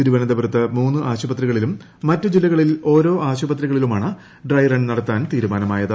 തിരുവനന്തപുരത്ത് മൂന്ന് ആശുപത്രികളിലും മറ്റ് ജില്ലകളിൽ ഓരോ ആശുപത്രികളിലുമാണ് ഡ്രൈ റൺ നടത്താൻ തീരുമാനമായത്